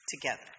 together